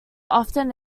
often